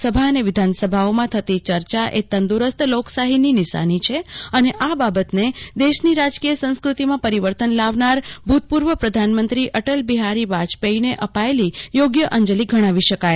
લોકસભા અને વિધાનસભાઓમાં થતી ચર્ચા એ તંદ્દરસ્ત લોકશાહીની નિશાની છે અને આ બાબતનેદેશની રાજકીય સંસ્કૃતિમાં પરિવર્તન લાવનાર ભૂતપૂર્વ પ્રધાનમંત્રી અટલ બિહારીવાજપાઈને અપાયેલી યોગ્ય અંજલિ ગણાવી શકાય